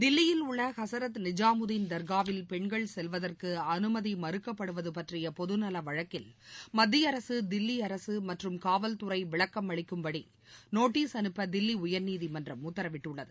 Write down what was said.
தில்லியில் உள்ள ஹசரத் நிஜமுதின் தர்காவில் பெண்கள் செல்வதற்கு அனுமதி மறுக்கப்படுவது பற்றிய பொதுநல வழக்கில் மத்திய அரக தில்லி அரசு மற்றும் காவல் துறை விளக்கம் அளிக்கும்படி நோட்டிஸ் அனுப்ப தில்லி உயர்நீதிமன்றம் உத்தரவிட்டுள்ளது